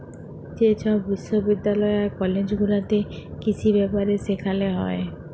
যে ছব বিশ্ববিদ্যালয় আর কলেজ গুলাতে কিসি ব্যাপারে সেখালে হ্যয়